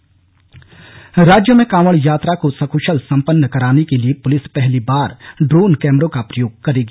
कांवड़ यात्रा राज्य में कांवड़ यात्रा को सकुशल सम्पन्न कराने के लिए पुलिस पहली बार ड्रोन कैमरों का प्रयोग करेगी